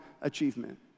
achievement